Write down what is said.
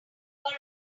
eye